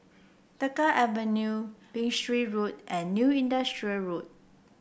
Tengah Avenue Berkshire Road and New Industrial Road